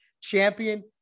champion